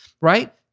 right